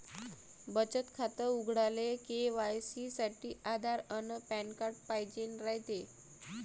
बचत खातं उघडाले के.वाय.सी साठी आधार अन पॅन कार्ड पाइजेन रायते